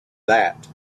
that